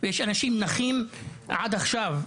שמשאיר אנשים נכים וסובלים.